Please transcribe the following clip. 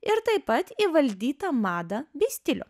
ir taip pat įvaldytą madą bei stilių